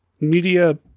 media